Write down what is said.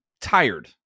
tired